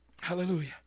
Hallelujah